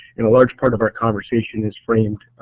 and a large part of our conversation is framed,